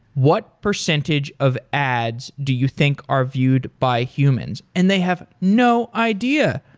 what percentage of ads do you think are viewed by humans? and they have no idea.